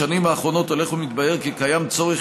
בשנים האחרונות הולך ומתבהר כי קיים צורך